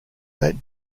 that